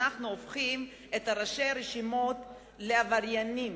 אנחנו הופכים את ראשי הרשימות לעבריינים,